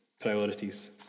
priorities